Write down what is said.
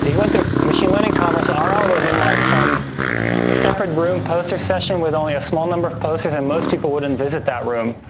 went to machine learning conference ah rl was in like some separate room poster session with only a small number of posters, and most people wouldn't visit that room.